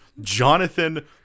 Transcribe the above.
jonathan